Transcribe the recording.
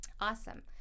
Awesome